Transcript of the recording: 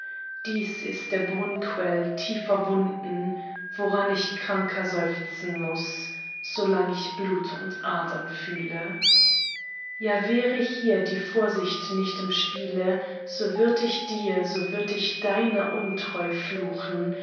dies ist der brunnquell tiefer wunden woran ich kranker seufzen muß solang ich blut und adern fühle ja wäre hier die vorsicht nicht im spiele so würd ich dir so würd ich deiner untreu fluchen